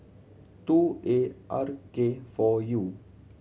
two A R K four U